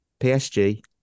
PSG